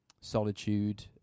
solitude